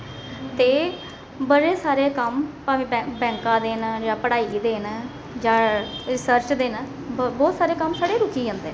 ते बड़े सारे कम्म भामें बैका दे ना जां पढ़ाई दे न जां रिसर्च दे न बहुत सारे कम्म साढ़े रुकी जंदे न